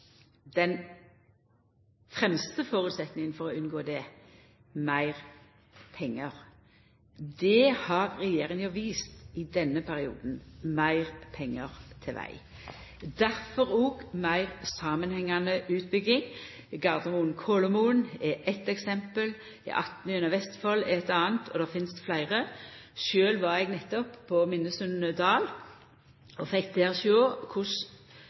den fremste føresetnaden for å unngå det, meir pengar. Det har regjeringa vist i denne perioden, meir pengar til veg. Difor blir det òg meir samanhengande utbygging. Gardermoen–Kolomoen er eit eksempel, E18 gjennom Vestfold eit anna. Det finst fleire. Sjølv var eg nettopp ved strekninga Minnesund–Dal, og fekk der sjå